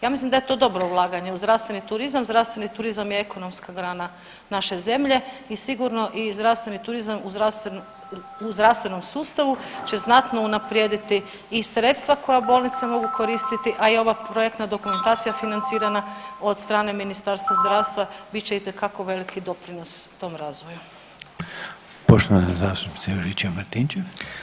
Ja mislim da je to dobro ulaganje u zdravstveni turizam, zdravstveni turizam je ekonomska grana naše zemlje i sigurno zdravstveni turizam u zdravstvenom sustavu će znatno unaprijediti i sredstva koja bolnice mogu koristiti, a i ova projektna dokumentacija financirana od strane Ministarstva zdravstva bit će itekako veliki doprinos tom razvoju.